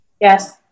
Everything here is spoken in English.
yes